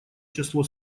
число